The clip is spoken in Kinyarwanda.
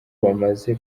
bamaze